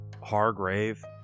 Hargrave